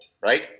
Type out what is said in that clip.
right